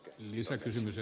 korhonen äsken totesi